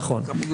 נכון.